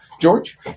George